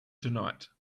tonight